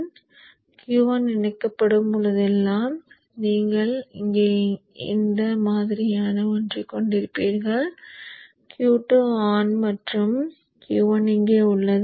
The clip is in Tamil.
எனவே Q1 இயக்கப்படும் போதெல்லாம் நீங்கள் இங்கே இந்த மாதிரியான ஒன்றைக் கொண்டிருப்பீர்கள் Q2 ஆன் மற்றும் மீண்டும் Q1 இங்கே உள்ளது